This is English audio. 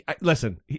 listen